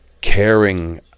caring